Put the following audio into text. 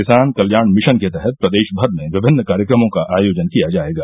किसान कल्याण मिशन के तहत प्रदेश भर में विभिन्न कार्यक्रमों का आयोजन किया जाएगा